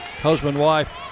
Husband-wife